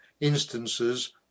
instances